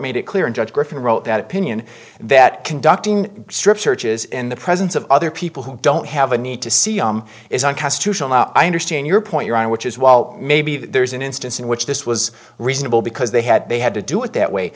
made it clear and judge griffin wrote that opinion that conducting strip searches in the presence of other people who don't have a need to see arm is unconstitutional i understand your point you're on which is well maybe there's an instance in which this was reasonable because they had they had to do it that way